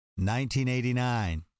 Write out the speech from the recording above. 1989